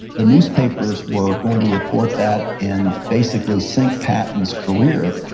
the newspapers were going to report that, and basically sink patton's career.